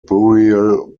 burial